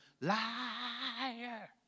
liar